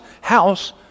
house